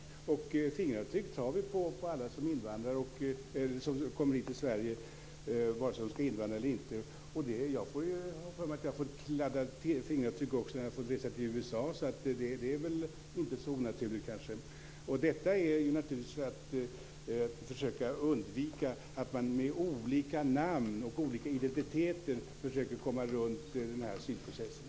Vi tar fingeravtryck på alla som kommer hit till Sverige, vare sig de skall invandra eller inte. Jag har fått kladda fingeravtryck när jag har rest till USA. Det är inte så onaturligt. Detta är för att undvika att man med hjälp av olika namn och identiteter försöker komma runt asylprocessen.